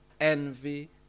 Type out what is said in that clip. envy